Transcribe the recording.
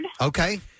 Okay